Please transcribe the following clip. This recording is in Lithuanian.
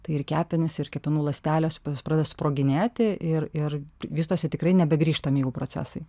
tai ir kepenys ir kepenų ląstelės jos pradeda sproginėti ir ir vystosi tikrai nebegrįžtami jau procesai